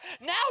Now